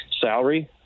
salary